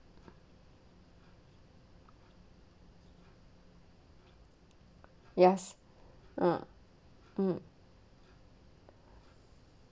yes uh mm